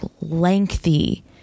lengthy